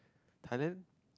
pardon